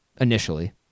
initially